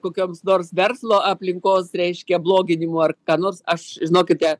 kokioms nors verslo aplinkos reiškia bloginimo ar ką nors aš žinokite